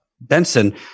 Benson